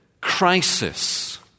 crisis